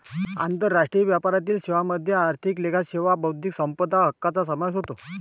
आंतरराष्ट्रीय व्यापारातील सेवांमध्ये आर्थिक लेखा सेवा बौद्धिक संपदा हक्कांचा समावेश होतो